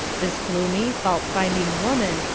this gloomy, fault-finding woman,